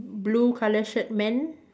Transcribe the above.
blue colour shirt man